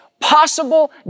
possible